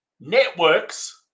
networks